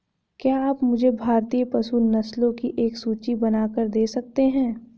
क्या आप मुझे भारतीय पशु नस्लों की एक सूची बनाकर दे सकते हैं?